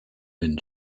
been